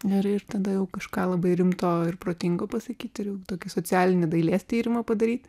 ir ir tada jau kažką labai rimto ir protingo pasakyt ir jau tokį socialinį dailės tyrimą padaryt